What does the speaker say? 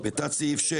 בתת סעיף (6),